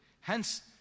Hence